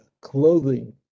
clothing